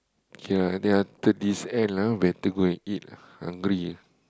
K lah then after this end lah we have to go and eat lah hungry ah